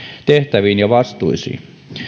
tehtäviin ja vastuisiin